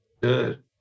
good